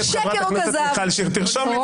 חבר הכנסת שמחה רוטמן, אני קורא